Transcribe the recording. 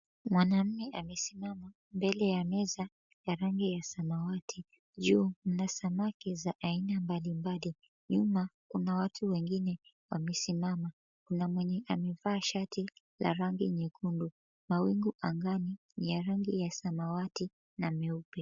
Mwanamume amesimama mbele ya meza ya rangi ya samawati juu mna samaki za aina mbalimbali, nyuma kuna watu wengine wamesimama kuna mwenye amevaa shati la rangi nyekundu. Mawingu angani ya rangi ya samawati na meupe.